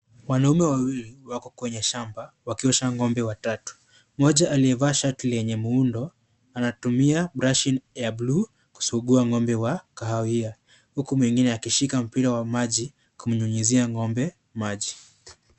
Wanaume wawili wako kwenye shamba wakiosha ngombe watatu. Mmoja alieva shati lenye muundo anatumia brashi ya blue kusugua ngombe wa kahawia. Huku mwingine akishika mpira wa maji akinyunyuzia ngombe maji.